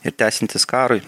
ir tęsiantis karui